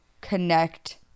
connect